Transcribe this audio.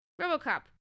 RoboCop